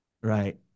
Right